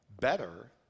better